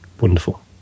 wonderful